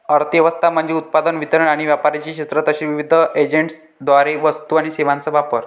अर्थ व्यवस्था म्हणजे उत्पादन, वितरण आणि व्यापाराचे क्षेत्र तसेच विविध एजंट्सद्वारे वस्तू आणि सेवांचा वापर